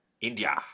India